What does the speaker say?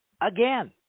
again